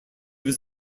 was